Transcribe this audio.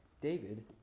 David